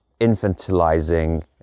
infantilizing